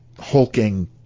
hulking